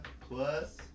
plus